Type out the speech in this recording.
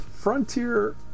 Frontier